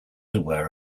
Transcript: aware